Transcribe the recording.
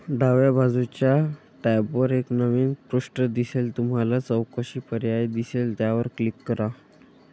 डाव्या बाजूच्या टॅबवर एक नवीन पृष्ठ दिसेल तुम्हाला चौकशी पर्याय दिसेल त्यावर क्लिक करा